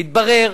מתברר